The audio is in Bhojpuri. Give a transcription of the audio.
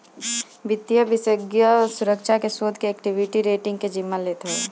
वित्तीय विषेशज्ञ सुरक्षा के, शोध के, एक्वीटी के, रेटींग के जिम्मा लेत हवे